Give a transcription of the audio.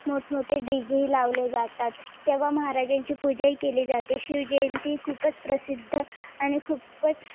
मोठमोठे डीजेही लावले जातात तेव्हा महाराजांचे पूजाही केली जाते शिवजयंती खूपच प्रसिद्ध आणि खूपच